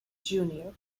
junior